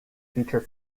feature